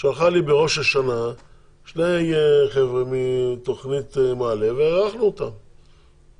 שלחה לי בראש השנה שני חבר'ה מתוכנית נעל"ה ואירחנו אותם